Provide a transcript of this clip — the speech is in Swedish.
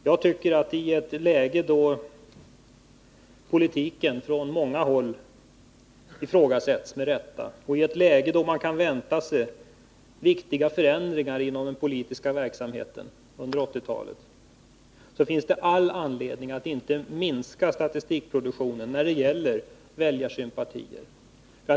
Jag tycker att det i ett läge då politiken från många håll ifrågasätts — med rätta — och då man kan vänta sig viktiga förändringar inom den politiska verksamheten under 1980-talet är all anledning att inte minska statistikproduktionen när det gäller väljarsympatier.